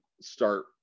start